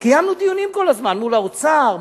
קיימנו דיונים כל הזמן מול האוצר,